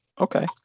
okay